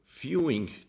viewing